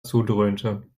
zudröhnte